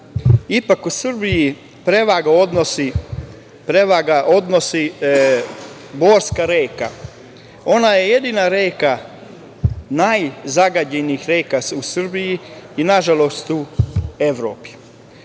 Ipak u Srbiji prevagnu odnosi Borske reke. Ona je jedna od najzagađenijih reka u Srbiji i nažalost u Evropi.